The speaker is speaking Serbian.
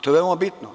To je veoma bitno.